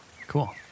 Cool